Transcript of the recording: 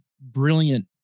brilliant